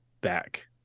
back